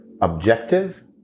objective